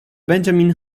benjamin